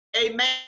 amen